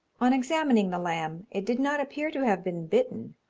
on examining the lamb, it did not appear to have been bitten,